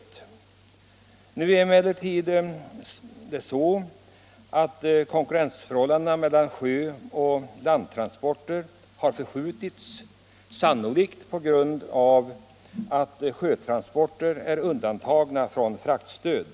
Men nu är det så att konkurrensförhållandena mellan sjöoch landtransporter har förskjutits, sannolikt på grund av att sjötransporterna är undantagna från fraktstöd.